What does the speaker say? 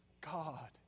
God